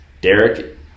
Derek